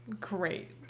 great